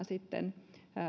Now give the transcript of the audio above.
sitten